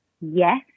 yes